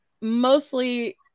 mostly